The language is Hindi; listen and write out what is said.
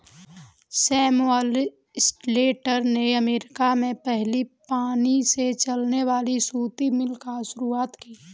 सैमुअल स्लेटर ने अमेरिका में पहली पानी से चलने वाली सूती मिल की शुरुआत की